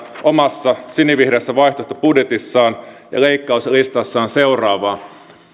omassa sinivihreässä vaihtoehtobudjetissaan ja leikkauslistassaan seuraavaa